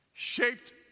shaped